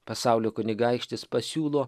pasaulio kunigaikštis pasiūlo